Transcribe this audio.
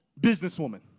businesswoman